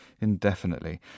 indefinitely